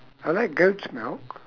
I like goat's milk